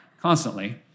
constantly